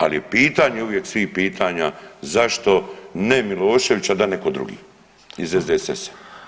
Ali je pitanje uvijek svih pitanja zašto ne Milošević, a da netko drugi iz SDSS-a.